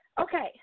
Okay